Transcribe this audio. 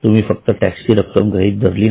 तुम्ही फक्त टॅक्सची रक्कम गृहीत धरली नाही